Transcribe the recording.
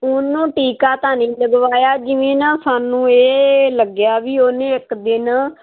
ਉਹਨੂੰ ਟੀਕਾ ਤਾਂ ਨਹੀਂ ਲਗਵਾਇਆ ਜਿਵੇਂ ਨਾ ਸਾਨੂੰ ਇਹ ਲੱਗਿਆ ਵੀ ਉਹਨੇ ਇੱਕ ਦਿਨ